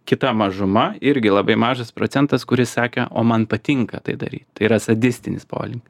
kita mažuma irgi labai mažas procentas kuris sakė o man patinka tai daryti tai yra sadistinis polinkis